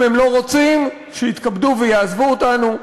אם הם לא רוצים, שיתכבדו ויעזבו אותנו.